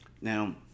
now